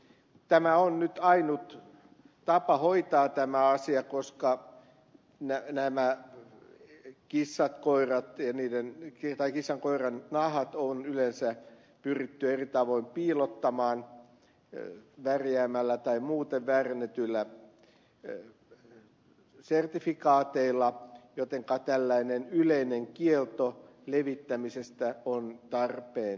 tämä on nyt ainut tapa hoitaa tämä asia koska näitä kissan ja koiran nahkoja on yleensä pyritty eri tavoin piilottamaan värjäämällä tai muuten väärennetyillä sertifikaateilla jotenka tällainen yleinen kielto levittämisestä on tarpeen